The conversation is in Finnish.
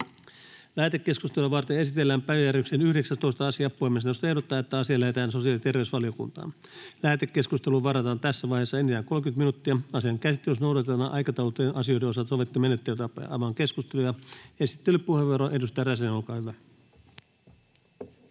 Lähetekeskustelua varten esitellään päiväjärjestyksen 18. asia. Puhemiesneuvosto ehdottaa, että asia lähetetään sosiaali- ja terveysvaliokuntaan. Lähetekeskusteluun varataan tässä vaiheessa enintään 30 minuuttia. Asian käsittelyssä noudatetaan aikataulutettujen asioiden osalta sovittuja menettelytapoja. — Avaan keskustelun. Esittelypuheenvuoro, edustaja Räsänen, olkaa hyvä.